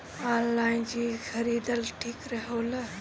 Online चीज खरीदल ठिक होला?